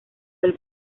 del